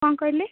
କ'ଣ କହିଲେ